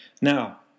Now